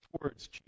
words